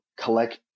collect